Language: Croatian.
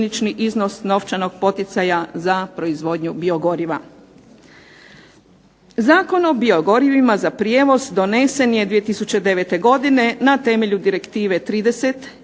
Zakon o biogorivima za prijevoz donesen je 2009. na temelju direktive 30